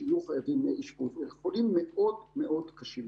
שיהיו חייבים אשפוז - חולים מאוד קשים.